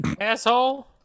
asshole